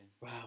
Wow